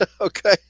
Okay